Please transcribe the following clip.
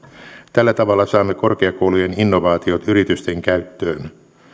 tällä tavalla saamme korkeakoulujen innovaatiot yritysten käyttöön